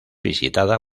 visitada